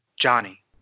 Johnny